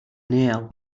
nail